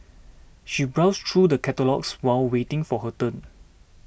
she browsed through the catalogues while waiting for her turn